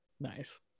nice